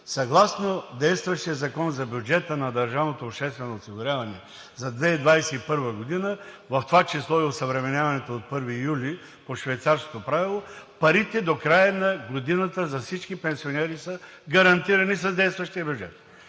съгласно действащият Закон за бюджета на държавното обществено осигуряване за 2021 г., в това число и осъвременяването от 1 юли по Швейцарското правило, парите до края на годината за всички пенсионери са гарантирани с действащия бюджет.